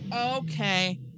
Okay